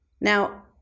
now